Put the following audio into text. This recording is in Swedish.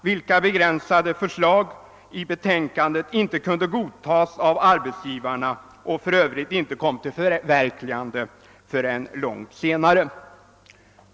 Dessa begränsade förslag i betänkandet kunde inte godtas av arbetsgivarna och förverkligades för övrigt inte förrän långt senare och då i annan form.